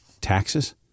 Taxes